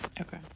Okay